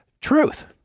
truth